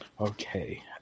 Okay